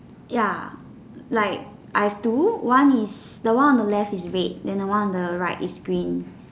ya like I have two one is the one on the left is red then the one on the right is green